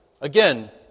Again